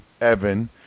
Evan